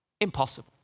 Impossible